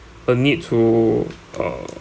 a need to err